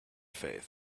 faith